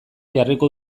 jarriko